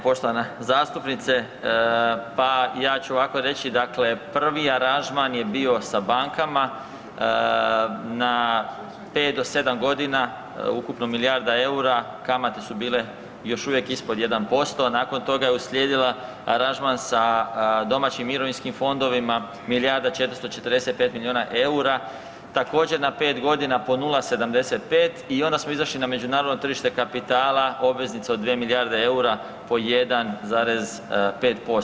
Poštovana zastupnice, pa ja ću ovako reći dakle prvi aranžman je bio sa bankama na pet do sedam godina ukupno milijarda eura, kamate su bile još uvijek ispod 1%, a nakon toga je uslijedila aranžman sa domaćim mirovinskim fondovima milijarda 445 milijuna eura, također na pet godina po 0,75 i onda smo izašli na međunarodno tržište kapitala obveznica od 2 milijarde eura po 1,5%